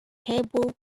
table